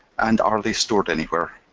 and are they stored anywhere?